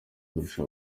kurusha